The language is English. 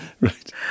Right